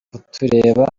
kutureba